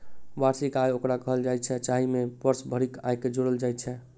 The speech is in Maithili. वार्षिक आय ओकरा कहल जाइत छै, जाहि मे वर्ष भरिक आयके जोड़ल जाइत छै